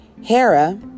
Hera